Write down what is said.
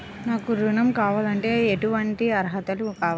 నాకు ఋణం కావాలంటే ఏటువంటి అర్హతలు కావాలి?